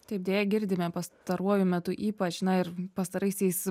taip deja girdime pastaruoju metu ypač na ir pastaraisiais